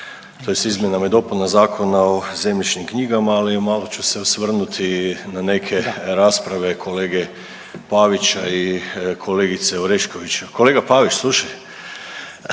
tj. izmjenama i dopunama Zakona o zemljišnim knjigama. Ali malo ću se osvrnuti na neke rasprave kolege Pavića i kolegice Orešković. Kolega Pavić slušaj!